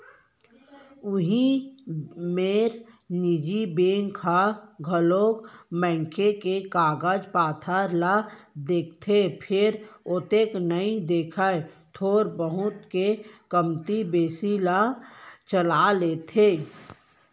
उही मेर निजी बेंक ह घलौ मनखे के कागज पातर ल देखथे फेर ओतेक नइ देखय थोर बहुत के कमती बेसी ल चला लेथे